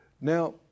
Now